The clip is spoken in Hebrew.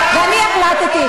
בעניין, ואני החלטתי.